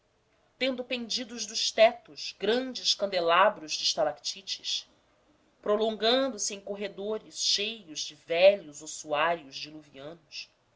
tendo pendidos dos tetos grandes candelabros de estalactites prolongando se em corredores cheios de velhos ossuários diluvianos e